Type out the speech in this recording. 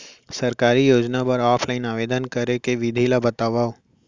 सरकारी योजना बर ऑफलाइन आवेदन करे के विधि ला बतावव